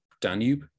Danube